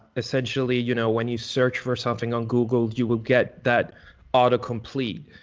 essentially you know when you search for something on google, you will get that auto complete.